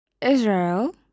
Israel